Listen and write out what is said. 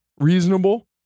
reasonable